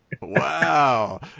Wow